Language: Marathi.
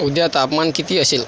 उद्या तापमान किती असेल